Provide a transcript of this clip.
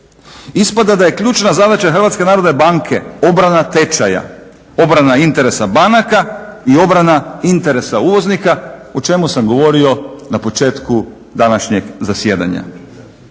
Ispada da je ključna zadaća HNB-a obrana tečaja, obrana interesa banaka i obrana interesa uvoznika o čemu sam govorio na početku današnjeg zasjedanja.